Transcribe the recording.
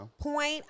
point